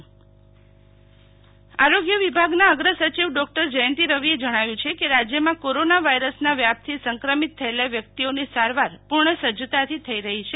શીતલ વૈશ્નવ જયંતી રવી આરોગ્ય વિભાગના અગ્ર સચિવ ડોકટર જયંતી રવીએ જણાવ્યું છે કે રાજ્યમાં કોરોના વાયરસના વ્યાપથી સંક્રમિત થયેલા વ્યક્તિઓની સારવાર પૂર્ણ સજજતાથી થઈ રહી છે